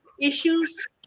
issues